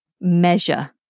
measure